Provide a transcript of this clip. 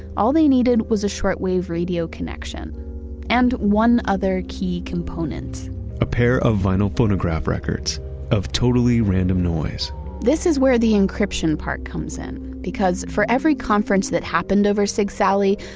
all they needed was a short wave radio connection and one other key component a pair of vinyl phonograph records of totally random noise this is where the encryption part comes in because, for every conference that happened over sigsaly,